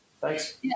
Thanks